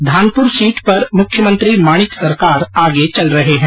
Dhanpur seat पर मुख्यमंत्री माणिक सरकार आगे चल रहे है